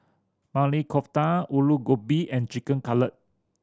Maili Kofta Alu Gobi and Chicken Cutlet